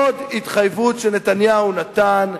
עוד התחייבות שנתניהו נתן,